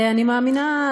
אני מאמינה,